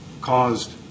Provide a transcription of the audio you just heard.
caused